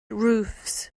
roofs